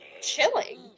chilling